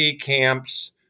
camps